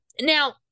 now